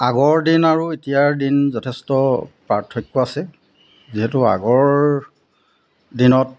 আগৰ দিন আৰু এতিয়াৰ দিন যথেষ্ট পাৰ্থক্য আছে যিহেতু আগৰ দিনত